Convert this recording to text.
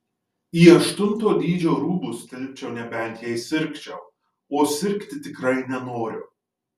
į aštunto dydžio rūbus tilpčiau nebent jei sirgčiau o sirgti tikrai nenoriu